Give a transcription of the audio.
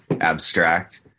abstract